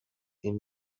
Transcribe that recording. این